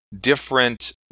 different